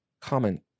Comment